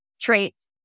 traits